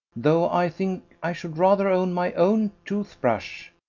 though i think i should rather own my own toothbrush.